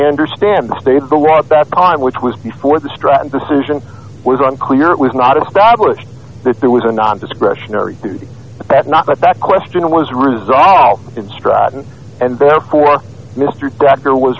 understand the state of the law that time which was before the stratton decision was unclear it was not established that there was a non discretionary duty that not but that question was resolved in stratton and therefore mr dagher was